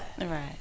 right